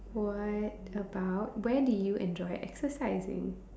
what about where do you enjoy exercising